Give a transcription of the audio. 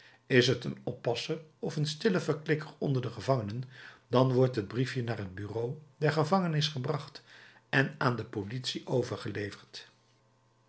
is t een oppasser of een stille verklikker onder de gevangenen dan wordt het briefje naar het bureau der gevangenis gebracht en aan de politie overgeleverd